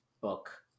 book